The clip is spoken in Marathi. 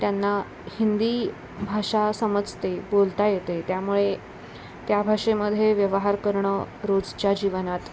त्यांना हिंदी भाषा समजते बोलता येते त्यामुळे त्या भाषेमध्ये व्यवहार करणं रोजच्या जीवनात